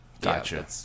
Gotcha